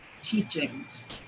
teachings